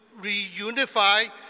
reunify